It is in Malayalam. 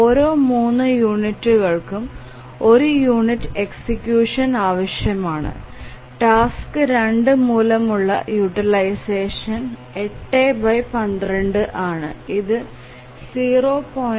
ഓരോ 3 യൂണിറ്റുകൾക്ക് 1 യൂണിറ്റ് എക്സിക്യൂഷൻ ആവശ്യമാണ് ടാസ്ക് 2 മൂലമുള്ള യൂട്ടിലൈസഷൻ 812 ആണ് ഇത് 0